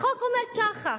החוק אומר ככה: